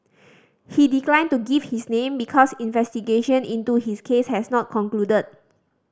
he declined to give his name because investigation into his case has not concluded